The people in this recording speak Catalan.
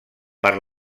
per